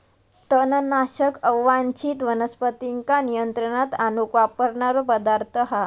तणनाशक अवांच्छित वनस्पतींका नियंत्रणात आणूक वापरणारो पदार्थ हा